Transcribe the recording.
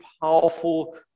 powerful